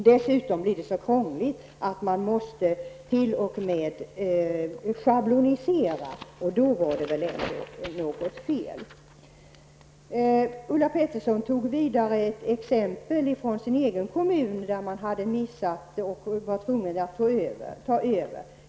Dessutom blir det så krångligt att man t.o.m. måste schablonisera -- och då är det väl ändå något fel. Ulla Pettersson tog vidare ett exempel från sin egen kommun, där man var tvungen att ta över verksamheten.